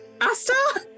Asta